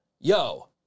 yo